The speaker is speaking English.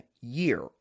year